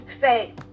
say